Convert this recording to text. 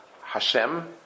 Hashem